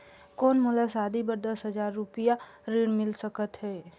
कौन मोला शादी बर दस हजार रुपिया ऋण मिल सकत है?